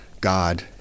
God